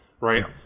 right